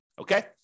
okay